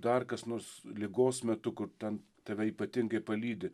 dar kas nors ligos metu kur ten tave ypatingai palydi